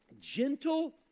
gentle